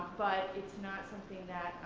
but it's not something that